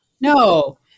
No